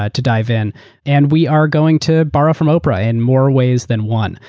ah to dive in and we are going to borrow from oprah in more ways than one.